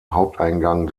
haupteingang